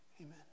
Amen